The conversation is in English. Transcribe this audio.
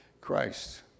Christ